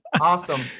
awesome